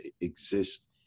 exist